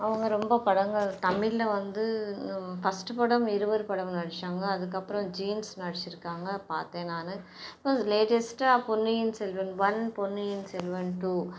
அவங்க ரொம்ப படங்கள் தமிழில் வந்து ஃபஸ்ட்டு படம் இருவர் படம் நடிச்சாங்க அதுக்கப்புறம் ஜீன்ஸ் நடிச்சுருக்காங்க பார்த்தேன் நானும் லேட்டஸ்ட்டாக பொன்னியின் செல்வன் ஒன் பொன்னியின் செல்வன் டூ